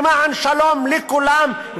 למען שלום לכולם,